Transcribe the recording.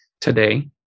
today